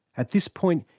at this point,